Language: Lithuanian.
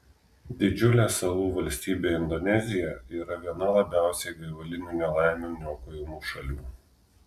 didžiulė salų valstybė indonezija yra viena labiausiai gaivalinių nelaimių niokojamų šalių